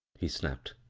he snapf